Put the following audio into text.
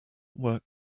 work